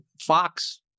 fox